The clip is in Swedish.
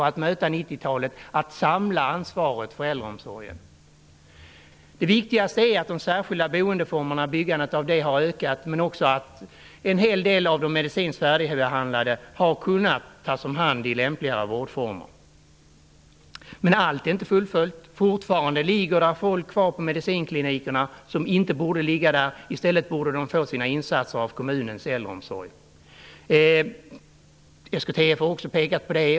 Det var nödvändigt att samla ansvaret för äldreomsorgen för att vi skulle kunna möta 90 Det viktigaste är att byggandet av särskilda boendeformer har ökat, men också att en hel del av de medicinskt färdigbehandlade har kunnat tas om hand i lämpligare vårdformer. Allt är inte fullföljt. Det ligger fortfarande folk kvar på medicinklinikerna som inte borde ligga där. De borde i stället få del av kommunens äldreomsorg. SKTF har också pekat på det.